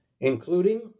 including